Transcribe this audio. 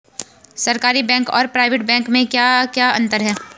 सरकारी बैंक और private bank में क्या क्या अंतर हैं?